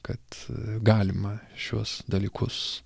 kad galima šiuos dalykus